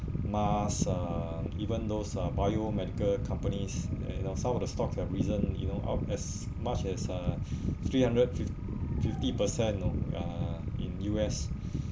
mask uh even those uh biomedical companies and you know some of the stocks have risen you know up as much as uh three hundred fifth fifty percent oh uh in U_S